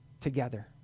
together